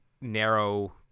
narrow